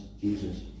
Jesus